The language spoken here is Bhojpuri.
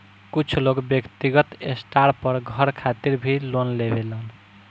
कुछ लोग व्यक्तिगत स्टार पर घर खातिर भी लोन लेवेलन